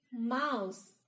mouse